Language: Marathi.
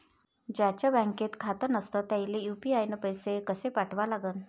ज्याचं बँकेत खातं नसणं त्याईले यू.पी.आय न पैसे कसे पाठवा लागन?